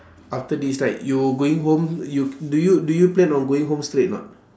after this right you going home you do you do you plan on going home straight or not